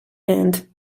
and